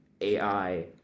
AI